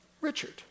Richard